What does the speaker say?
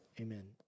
Amen